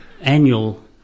annual